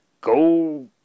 Go